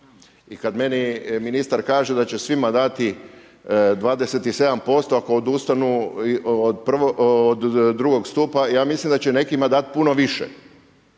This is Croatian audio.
I kad meni ministar kaže da će svima dati 27% ako odustanu od drugog stupa, ja mislim da će nekima dati puno više